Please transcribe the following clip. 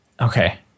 Okay